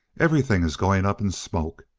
everything is going up in smoke.